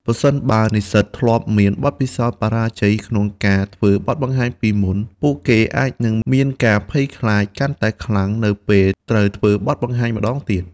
ប្រសិនបើនិស្សិតធ្លាប់មានបទពិសោធន៍បរាជ័យក្នុងការធ្វើបទបង្ហាញពីមុន ពួកគេអាចនឹងមានការភ័យខ្លាចកាន់តែខ្លាំងនៅពេលត្រូវធ្វើបទបង្ហាញម្តងទៀត។